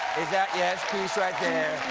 yes, peace right there.